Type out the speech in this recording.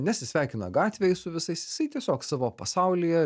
nesisveikina gatvėj su visais jisai tiesiog savo pasaulyje